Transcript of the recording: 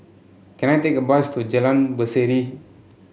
can I take a bus to Jalan Berseri